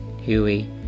Huey